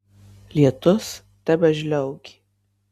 lietus tebežliaugė